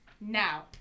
now